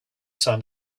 sun